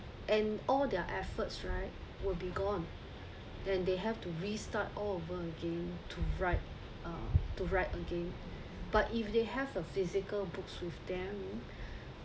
and all their efforts right will be gone then they have to re-start all over again to write uh to write again but if they have a physical books with them